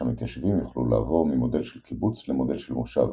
שהמתיישבים יוכלו לעבור ממודל של קיבוץ למודל של מושב,